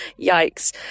Yikes